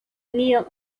kneel